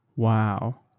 wow,